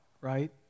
Right